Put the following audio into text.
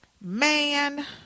man